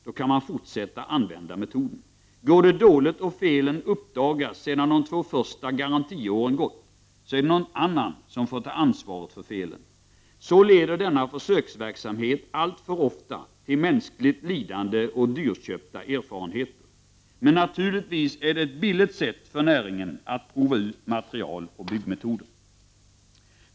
Då kan man fortsätta använda metoden. Går det dåligt och felen uppdagas sedan de två första garantiåren gått, är det någon annan som får ta ansvaret för felen. Denna försöksverksamhet leder alltför ofta till mänskligt lidande och dyrköpta erfarenheter. Men naturligtvis är det ett billigt sätt för näringen att prova ut material och byggmetoder.